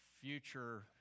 future